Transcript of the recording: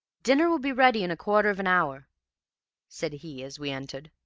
dinner will be ready in a quarter of an hour said he as we entered.